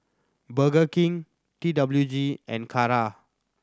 Burger King T W G and Kara